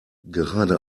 gerade